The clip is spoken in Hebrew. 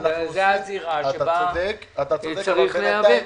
זאת הזירה שבה צריך להיאבק.